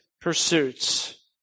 pursuits